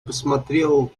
посмотрел